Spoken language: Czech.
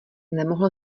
nemohl